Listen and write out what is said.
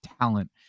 talent